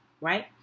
Right